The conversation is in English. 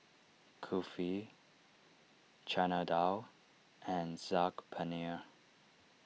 Kulfi Chana Dal and Saag Paneer